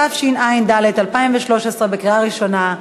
התשע"ד 2013, לקריאה ראשונה.